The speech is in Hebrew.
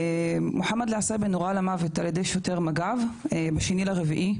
מוחמד אלעסיבי נורה למוות על ידי שוטר מג"ב ב-2 באפריל,